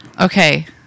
Okay